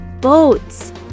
boats